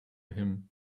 him